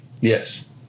Yes